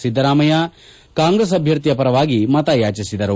Siddaramaiah Congress ಅಭ್ವರ್ಥಿಯ ಪರವಾಗಿ ಮತಯಾಚಿಸಿದರು